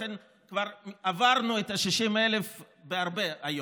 לכן כבר עברנו את ה-60,000 בהרבה היום,